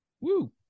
Woo